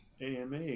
ama